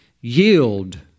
Yield